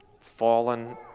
fallen